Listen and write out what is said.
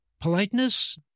politeness